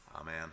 Amen